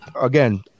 again